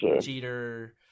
Jeter